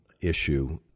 issue